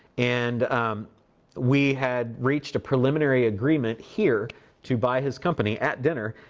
and we had reached a preliminary agreement here to buy his company at dinner.